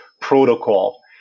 protocol